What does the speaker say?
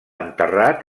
enterrat